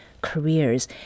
careers